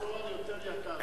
בית-סוהר יותר יקר.